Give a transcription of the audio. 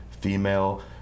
female